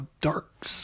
Dark